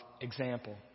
example